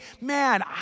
man